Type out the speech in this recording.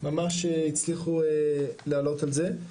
ממש הצליחו לעלות על זה.